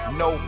no